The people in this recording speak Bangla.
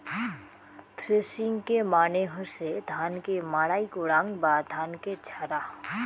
থ্রেশিংকে মানে হসে ধান কে মাড়াই করাং বা ধানকে ঝাড়া